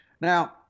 Now